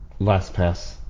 LastPass